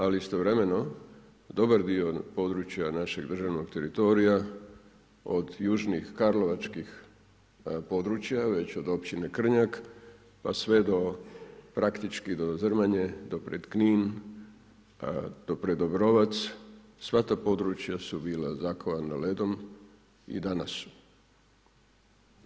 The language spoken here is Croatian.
Ali istovremeno dobar dio područja našeg državnog teritorija od južnih karlovačkih područja već od općine Krnjak pa sve do praktički Zrmanje, do pred Knin, do pred Obrovac sva ta područja su bila zakovana ledom i danas su.